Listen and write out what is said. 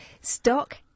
Stock